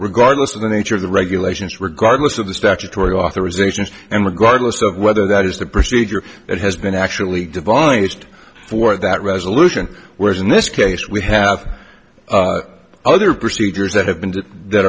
regardless of the nature of the regulations regardless of the statutory authorization and regardless of whether that is the procedure that has been actually divine used for that resolution whereas in this case we have other procedures that have been done that